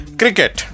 cricket